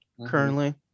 currently